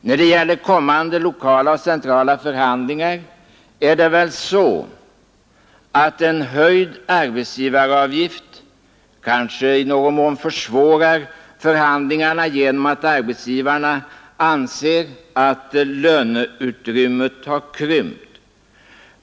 När det gäller kommande lokala och centrala förhandlingar är det väl så att en höjd arbetsgivaravgift kanske i någon mån försvårar förhandlingarna genom att arbetsgivarna anser att löneutrymmet har krympt.